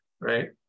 right